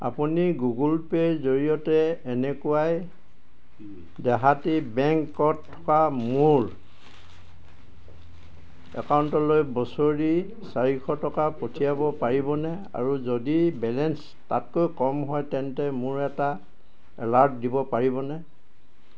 আপুনি Google Pay ৰ জৰিয়তে এনেকুৱাই দেহাতী বেংক ত থকা মোৰ একাউণ্টলৈ বছৰি চাৰিশ টকা পঠিয়াব পাৰিবনে আৰু যদি বেলেঞ্চ তাতকৈ কম হয় তেন্তে মোৰ এটা এলাৰ্ট দিব পাৰিবনে